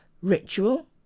ritual